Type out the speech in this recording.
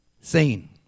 seen